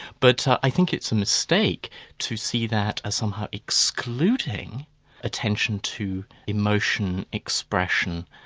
but so i think it's a mistake to see that as somehow excluding attention to emotion, expression,